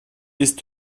ist